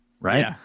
right